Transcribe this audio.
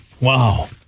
Wow